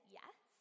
yes